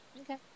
Okay